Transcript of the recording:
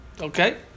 okay